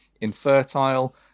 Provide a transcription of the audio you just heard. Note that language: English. infertile